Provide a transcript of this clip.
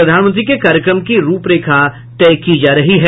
प्रधानमंत्री के कार्यक्रम की रूप रेखा तय की जा रही है